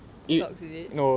stocks is it